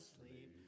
sleep